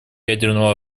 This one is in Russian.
ядерного